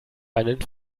einen